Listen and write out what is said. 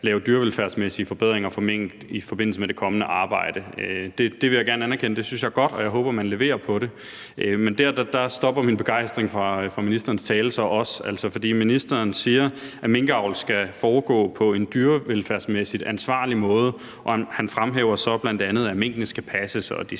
lave dyrevelfærdsmæssige forbedringer for mink i forbindelse med det kommende arbejde. Det vil jeg gerne anerkende, det synes jeg er godt, og jeg håber, man leverer på det. Men der stopper min begejstring for ministerens tale så også. For ministeren siger, at minkavl skal foregå på en dyrevelfærdsmæssigt ansvarlig måde, og han fremhæver så bl.a., at minkene skal passes, og at